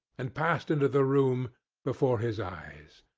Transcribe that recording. and passed into the room before his eyes.